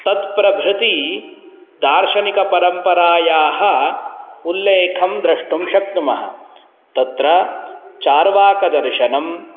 तत्प्रभृति दार्शनिकपरम्परायाः उल्लेखं द्रष्टुं शक्नुमः तत्र चार्वाकदर्शनं